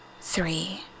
three